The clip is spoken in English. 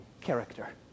character